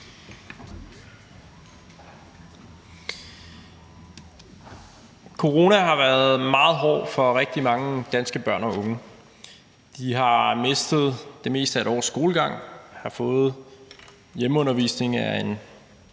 Corona har været meget hård for mange danske børn og unge. De har mistet det meste af 1 års skolegang og har fået hjemmeundervisning af en